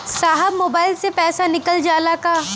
साहब मोबाइल से पैसा निकल जाला का?